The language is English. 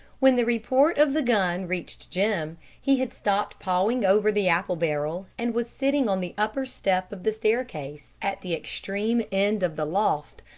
when the report of the gun reached jim, he had stopped pawing over the apple barrel, and was sitting on the upper step of the staircase at the extreme end of the loft,